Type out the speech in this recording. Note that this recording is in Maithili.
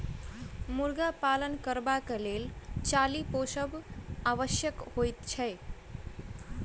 मुर्गा पालन करबाक लेल चाली पोसब आवश्यक होइत छै